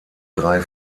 drei